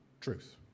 truth